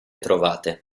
trovate